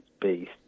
based